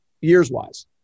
years-wise